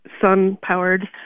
sun-powered